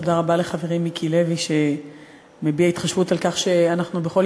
תודה רבה לחברי מיקי לוי שמביע התחשבות בכך שאנחנו בכל